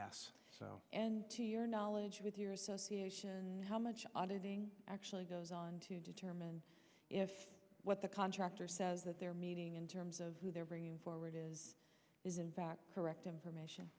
and to your knowledge with your association and how much auditing actually goes on to determine if what the contractor says at their meeting in terms of who they're bringing forward is is in fact correct information